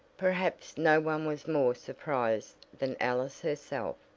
perhaps no one was more surprised than alice herself,